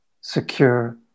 secure